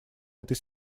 этой